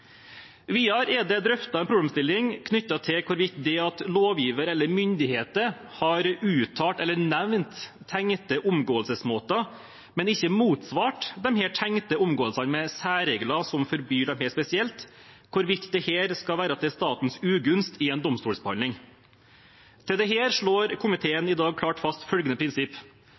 Videre er det drøftet en problemstilling knyttet til hvorvidt det at lovgiver eller myndigheter har uttalt eller nevnt tenkte omgåelsesmåter, men ikke motsvart disse tenkte omgåelsene med særregler som forbyr disse spesielt, skal være til statens ugunst i en domstolsbehandling. Til dette slår komiteen i dag klart fast følgende prinsipp: